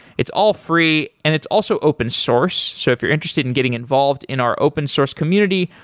it's all free and it's also open source. so if you're interested in getting involved in our open source community,